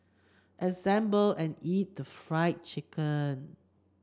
assemble and eat fried chicken